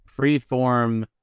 freeform